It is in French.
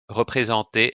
représenté